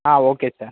ah okay sir